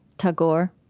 tagore.